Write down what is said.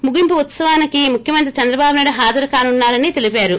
ముగింపు ఉత్సవానికి ముఖ్యమంత్రి చంద్రబాబు నాయుడు హాజరుకానున్నా రని చెప్పారు